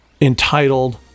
entitled